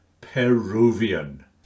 Peruvian